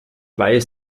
weiß